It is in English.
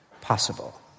possible